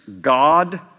God